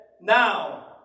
now